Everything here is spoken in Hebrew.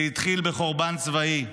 זה התחיל בחורבן צבאי,